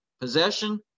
possession